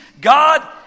God